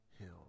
hill